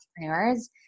entrepreneurs